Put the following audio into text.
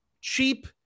Cheap